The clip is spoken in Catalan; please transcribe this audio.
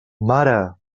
mare